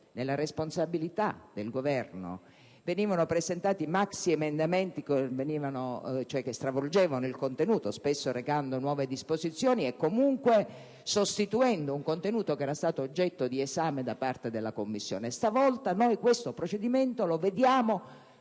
nella responsabilità del Governo, venivano presentati maxiemendamenti che ne stravolgevano il contenuto, spesso recando nuove disposizioni e, comunque, sostituendo un contenuto che era stato oggetto di esame da parte della Commissione? Questa volta, noi questo procedimento lo vediamo,